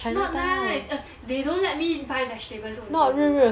not nice uh they don't let me buy vegetables only